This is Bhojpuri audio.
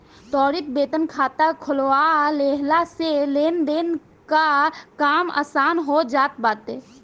त्वरित वेतन खाता खोलवा लेहला से लेनदेन कअ काम आसान हो जात बाटे